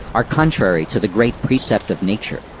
are contrary to the great precept of nature,